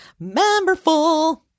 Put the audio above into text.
memberful